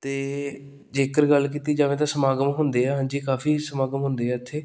ਅਤੇ ਜੇਕਰ ਗੱਲ ਕੀਤੀ ਜਾਵੇ ਤਾਂ ਸਮਾਗਮ ਹੁੰਦੇ ਆ ਹਾਂਜੀ ਕਾਫ਼ੀ ਸਮਾਗਮ ਹੁੰਦੇ ਆ ਇੱਥੇ